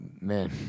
man